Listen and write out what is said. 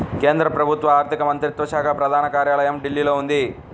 కేంద్ర ప్రభుత్వ ఆర్ధిక మంత్రిత్వ శాఖ ప్రధాన కార్యాలయం ఢిల్లీలో ఉంది